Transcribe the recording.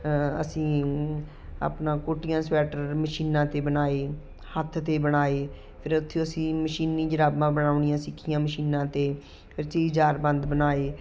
ਅਸੀਂ ਆਪਣਾ ਕੋਟੀਆਂ ਸੁਐਟਰ ਮਸ਼ੀਨਾਂ 'ਤੇ ਬਣਾਏ ਹੱਥ 'ਤੇ ਬਣਾਏ ਫਿਰ ਉੱਥੇ ਅਸੀਂ ਮਸ਼ੀਨੀ ਜ਼ੁਰਾਬਾਂ ਬਣਾਉਣੀਆਂ ਸਿੱਖੀਆਂ ਮਸ਼ੀਨਾਂ 'ਤੇ ਬੰਦ ਬਣਾਏ